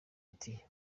ati